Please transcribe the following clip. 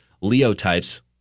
Leo-types